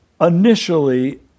initially